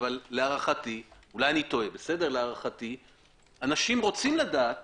אבל להערכתי, אולי אני טועה, אנשים רוצים לדעת